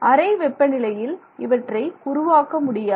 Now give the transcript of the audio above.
அறை வெப்பநிலையில் இவற்றை உருவாக்க முடியாது